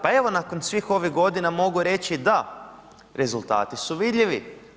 Pa evo, nakon svih ovih godina mogu reći, da, rezultati su vidljivi.